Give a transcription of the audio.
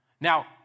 Now